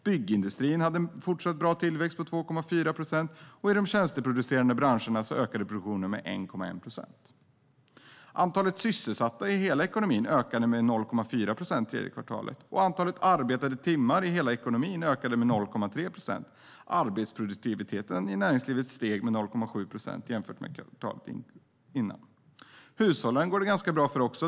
Byggindustrin hade en fortsatt bra tillväxt på 2,4 procent. I de tjänsteproducerande branscherna ökade produktionen med 1,1 procent. Antalet sysselsatta i hela ekonomin ökade med 0,4 procent under tredje kvartalet. Antalet arbetade timmar i hela ekonomin ökade med 0,3 procent. Arbetsproduktiviteten i näringslivet steg med 0,7 procent jämfört med kvartalet innan. Hushållen går det också ganska bra för.